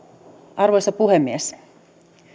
arvoisa puhemies